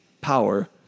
power